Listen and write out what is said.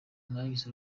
mwagize